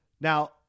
Now